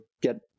get